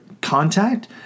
contact